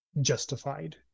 justified